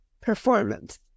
performance